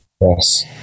Yes